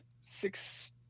six